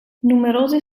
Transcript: numerosi